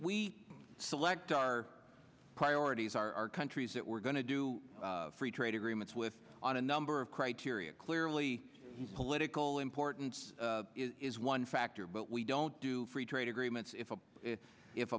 we select our priorities are our countries that we're going to do free trade agreements with on a number of criteria clearly political importance is one factor but we don't do free trade agreements if a if